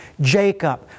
Jacob